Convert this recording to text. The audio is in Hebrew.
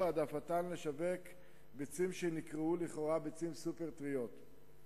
העדפתן לשווק ביצים שהן לכאורה ביצים "סופר-טריות".